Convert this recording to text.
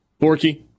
Borky